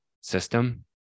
system